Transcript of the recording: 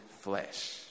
flesh